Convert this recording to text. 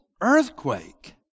earthquake